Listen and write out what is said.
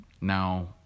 Now